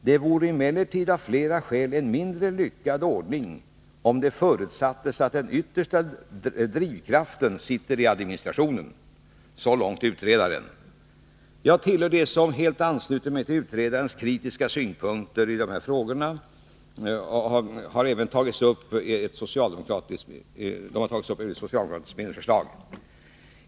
Det vore emellertid av flera skäl en mindre lyckad ordning om det förutsattes att den yttersta drivkraften sitter i administrationen.” Jag tillhör dem som helt ansluter sig till utredarens kritiska synpunkter, och dessa frågor har även tagits upp i ett socialdemokratiskt medlemsförslag.